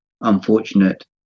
unfortunate